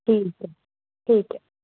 ठीक ऐ ठीक ऐ